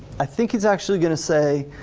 i think he's actually gonna say,